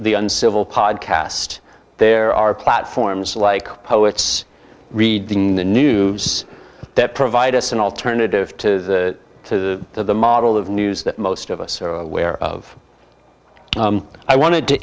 the uncivil podcast there are platforms like poets reading the news that provide us an alternative to the model of news that most of us are aware of i wanted to